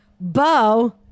Bo